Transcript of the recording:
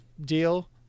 deal